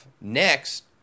next